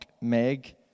meg